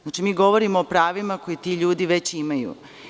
Znači, mi govorimo o pravima koji ti ljudi već imaju.